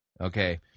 Okay